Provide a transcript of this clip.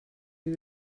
sie